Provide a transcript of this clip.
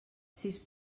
sis